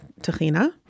tahina